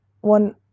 One